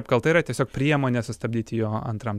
apkalta yra tiesiog priemonė sustabdyti jo antram